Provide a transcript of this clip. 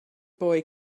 boy